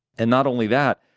and not only that,